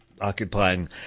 occupying